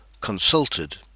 Consulted